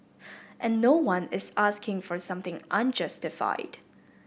and no one is asking for something unjustified